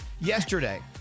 Yesterday